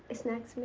snacks.